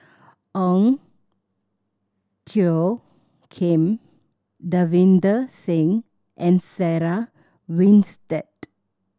Ong Tjoe Kim Davinder Singh and Sarah Winstedt